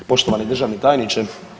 Poštovani državni tajniče.